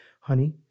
honey